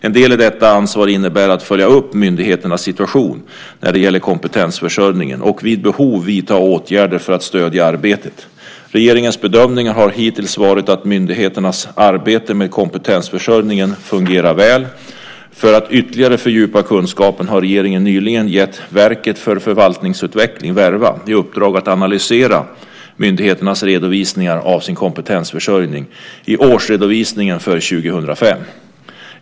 En del i detta ansvar innebär att följa upp myndigheternas situation när det gäller kompetensförsörjningen och vid behov vidta åtgärder för att stödja arbetet. Regeringens bedömning har hittills varit att myndigheternas arbete med kompetensförsörjningen fungerar väl. För att ytterligare fördjupa kunskapen har regeringen nyligen gett Verket för förvaltningsutveckling, Verva, i uppdrag att analysera myndigheternas redovisningar av sin kompetensförsörjning i årsredovisningen för 2005.